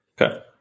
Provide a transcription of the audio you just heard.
Okay